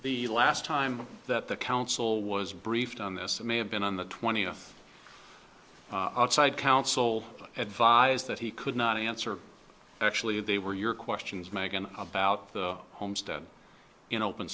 the last time that the council was briefed on this i may have been on the twentieth outside counsel advised that he could not answer actually they were your questions meghan about the homestead